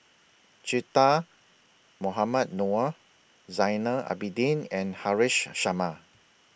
Che Dah Mohamed Noor Zainal Abidin and Haresh Sharma